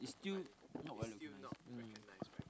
still not widely recognised mm